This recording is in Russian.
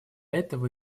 этого